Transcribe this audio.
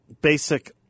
basic